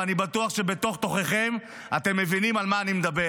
ואני בטוח שבתוך-תוככם אתם מבינים על מה אני מדבר